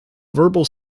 verbal